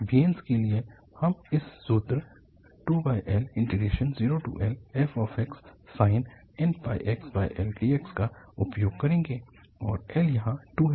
bnके लिए हम इस सूत्र 2L0Lfxsin nπxL dx का उपयोग करेंगे और L यहाँ 2 है